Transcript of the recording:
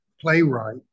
playwright